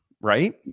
right